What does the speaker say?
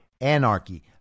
anarchy